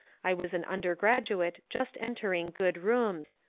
i was an undergraduate just enter ing good rooms,